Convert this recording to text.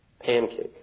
pancake